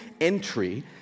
entry